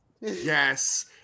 Yes